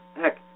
Heck